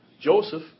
Joseph